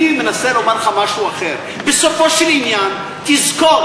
אני מנסה לומר לך משהו אחר: בסופו של עניין תזכור,